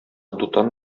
дутан